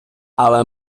але